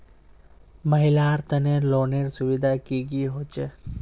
महिलार तने लोनेर सुविधा की की होचे?